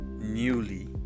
newly